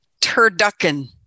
turducken